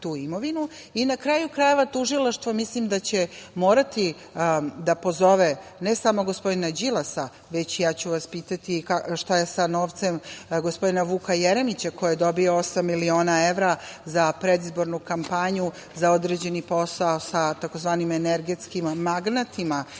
kraju krajeva, Tužilaštvo mislim da će morati da pozove ne samo gospodina Đilasa, već pitaću šta je sa novcem gospodina Vuka Jeremića koji je dobio osam miliona evra za predizbornu kampanju za određeni posao sa tzv. energetskim magnatima